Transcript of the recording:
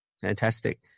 Fantastic